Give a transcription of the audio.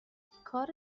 کار